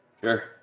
Sure